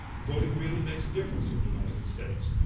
voting really makes a difference in the united states.